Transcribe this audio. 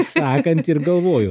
sakantį ir galvoju